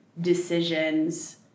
decisions